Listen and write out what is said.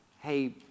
hey